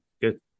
Good